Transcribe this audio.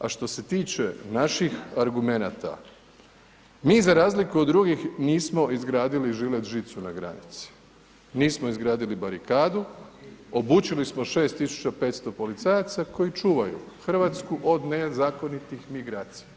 A što se tiče naših argumenata, mi za razliku od drugih nismo izgradili žilet žicu na granici, nismo izgradili barikadu, obučili smo 6.500 policajaca koji čuvaju Hrvatsku od nezakonitih migracija.